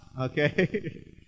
okay